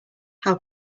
how